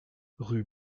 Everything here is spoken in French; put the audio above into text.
rue